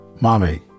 Mommy